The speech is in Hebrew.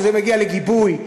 כשזה מגיע לגיבוי,